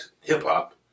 hip-hop